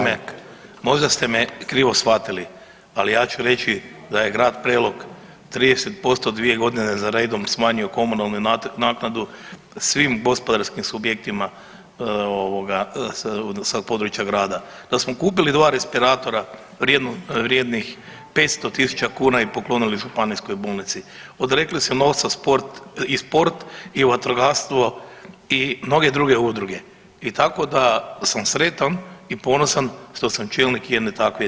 Možda ste me krivo shvatili, ali ja ću reći da je grad Prelog 30% dvije godine za redom smanjio komunalnu naknadu svim gospodarskim subjektima ovoga sa područja grada, da smo kupili dva respiratora vrijednih 500 tisuća kuna i poklonili županijskoj bolnici, odrekli se novca sport i sport i vatrogastvo i mnoge druge udruge i tako da sam sretan i ponosan što sam čelnik jedne takve JLS.